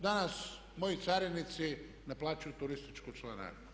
Danas moji carinici ne plaćaju turističku članarinu.